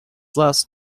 last